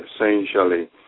essentially